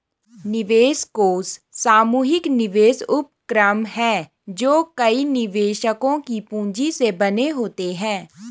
निवेश कोष सामूहिक निवेश उपक्रम हैं जो कई निवेशकों की पूंजी से बने होते हैं